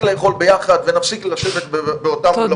ונפסיק לאכול ביחד ונפסיק לשבת באותם מקומות.